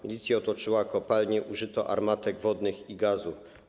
Milicja otoczyła kopalnię, użyto armatek wodnych i gazu.